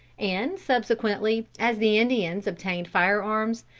and subsequently, as the indians obtained fire-arms,